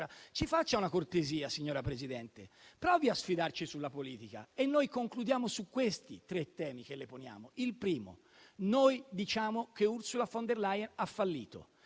ci faccia una cortesia signora Presidente, provi a sfidarci sulla politica. Noi concludiamo su questi tre temi che le poniamo. Il primo: noi diciamo che Ursula von der Leyen ha fallito,